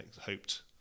hoped